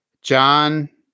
John